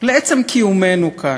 לעצם קיומנו כאן,